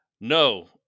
No